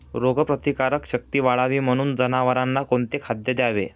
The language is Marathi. रोगप्रतिकारक शक्ती वाढावी म्हणून जनावरांना कोणते खाद्य द्यावे?